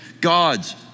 God's